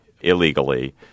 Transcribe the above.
illegally